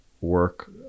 work